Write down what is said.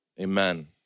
Amen